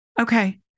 okay